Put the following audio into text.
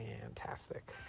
Fantastic